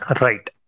Right